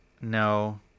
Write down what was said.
No